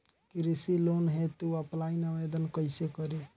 कृषि लोन हेतू ऑफलाइन आवेदन कइसे करि?